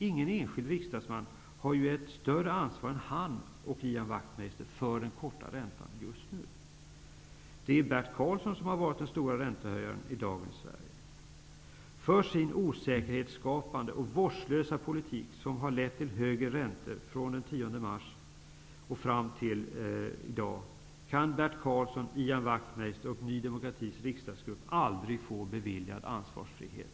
Inga enskilda riksdagsmän har ett större ansvar än han och Ian Wachtmeister för den korta räntan just nu. Det är Bert Karlsson som har varit den store räntehöjaren i dagens Sverige. För sin osäkerhetsskapande och vårdslösa politik, som har lett till högre räntor från den 10 mars och fram till i dag, kan Bert Karlsson, Ian Wachtmeister och Ny demokratis riksdagsgrupp aldrig få beviljad ansvarsfrihet.